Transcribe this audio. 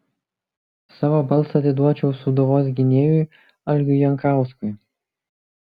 savo balsą atiduočiau sūduvos gynėjui algiui jankauskui